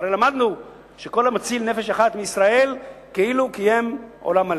הרי למדנו שכל המציל נפש אחת מישראל כאילו קיים עולם מלא.